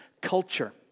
culture